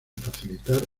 facilitar